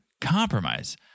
compromise